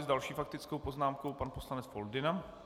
S další faktickou poznámkou pan poslanec Foldyna.